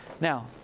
Now